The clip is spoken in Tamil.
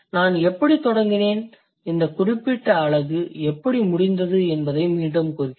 நான் எப்படித் தொடங்கினேன் இந்த குறிப்பிட்ட அலகு எப்படி முடிந்தது என்பதை மீண்டும் கூறுகிறேன்